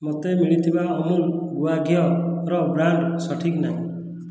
ମୋତେ ମିଳିଥିବା ଅମୁଲ ଗୁଆ ଘିଅର ବ୍ରାଣ୍ଡ ସଠିକ୍ ନାହିଁ